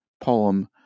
poem